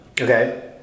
Okay